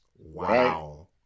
Wow